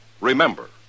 Remember